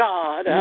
God